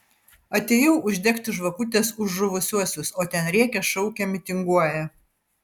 atėjau uždegti žvakutės už žuvusiuosius o ten rėkia šaukia mitinguoja